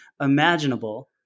imaginable